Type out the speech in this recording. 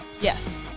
yes